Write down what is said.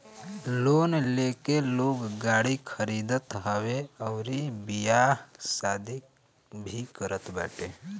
loan लेके लोग गाड़ी खरीदत हवे अउरी बियाह शादी भी करत बाटे